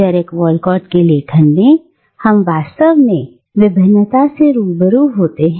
Derek Walcott के लेखन में हम वास्तव में विभिन्नता से रूबरू होते हैं